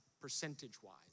percentage-wise